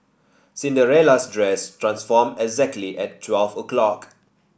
Cinderella's dress transformed exactly at twelve o'clock